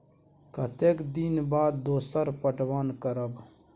कतेक दिन के बाद दोसर पटवन करब?